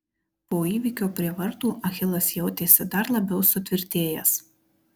po įvykio prie vartų achilas jautėsi dar labiau sutvirtėjęs